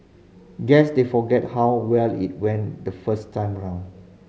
guess they forgot how well it went the first time round